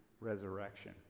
resurrection